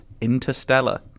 Interstellar